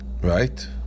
right